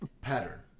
pattern